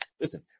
Listen